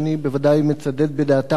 שאני בוודאי מצדד בדעתם,